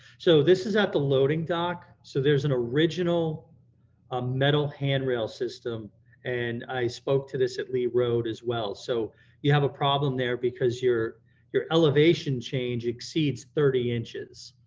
so this is at the loading dock. so there's an original ah metal handrail system and i spoke to this at lee road as well. so you have a problem there because your your elevation change exceeds thirty inches.